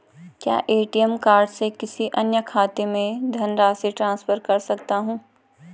क्या ATM card से किसी अन्य खाते में धनराशि ट्रांसफर कर सकता हूँ?